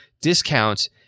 discount